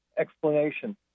explanation